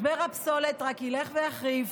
משבר הפסולת רק ילך ויחריף.